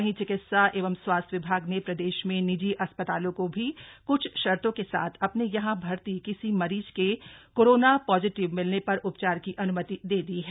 वहीं चिकित्सा एवं स्वास्थ्य विभाग ने प्रदेश में निजी अस्पतालों को भी क्छ शर्तों के साथ अपने यहां भर्ती किसी मरीज के कोरोना पॉजिटिव मिलने पर उपचार की अन्मति दे दी है